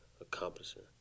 accomplishing